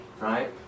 right